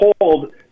hold